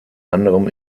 anderem